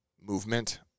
movement